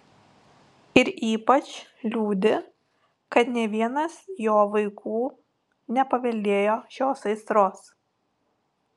ir ypač liūdi kad nė vienas jo vaikų nepaveldėjo šios aistros